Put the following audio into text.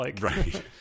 Right